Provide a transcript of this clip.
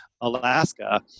Alaska